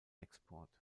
export